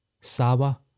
Sawa